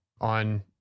on